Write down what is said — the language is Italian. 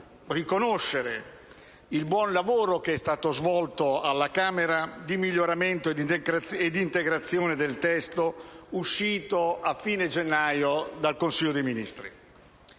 riconoscere il buon lavoro, che è stato svolto alla Camera dei deputati, di miglioramento e di integrazione del testo uscito a fine gennaio dal Consiglio dei ministri.